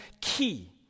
key